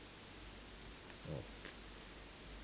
okay